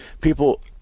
People